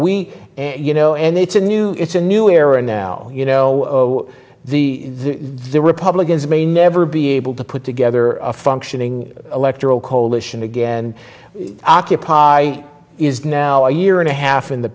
we you know and it's a new it's a new era now you know the the republicans may never be able to put together a functioning electoral coalition again occupy is now a year and a half in the